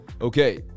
Okay